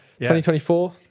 2024